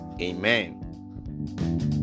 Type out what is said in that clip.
Amen